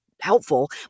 helpful